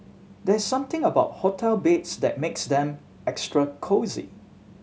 there's something about hotel beds that makes them extra cosy